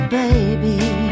baby